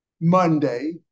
Monday